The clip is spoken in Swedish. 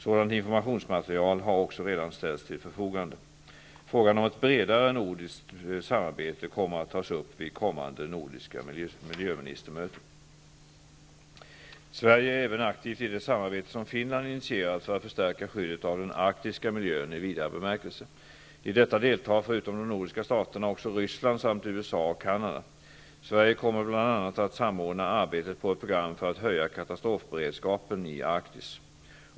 Sådant informationsmaterial har också redan ställts till förfogande. Frågan om ett bredare nordiskt samarbete kommer att tas upp vid kommande nordiska miljöministermöte. Sverige är även aktivt i det samarbete som Finland initierat för att förstärka skyddet av den arktiska miljön i vidare bemärkelse. I detta deltar, förutom de nordiska staterna, också Ryssland samt USA och Canada. Sverige kommer bl.a. att samordna arbetet på ett program för att höja katastrofberedskapen i Arktis.